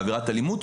בעבירת אלימות,